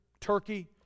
Turkey